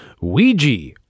Ouija